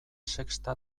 sexta